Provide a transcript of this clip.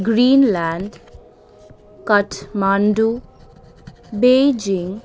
Greenland Kathmandu Beijing